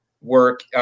work